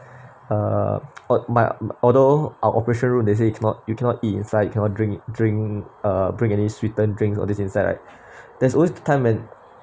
uh on my although our operation room they say you cannot you cannot eat inside you cannot drink drink uh bring any sweetened drinks or this inside like there's always time and